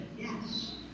yes